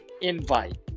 invite